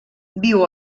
viu